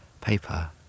paper